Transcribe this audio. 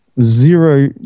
Zero